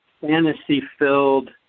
fantasy-filled